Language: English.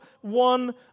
one